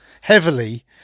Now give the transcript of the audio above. heavily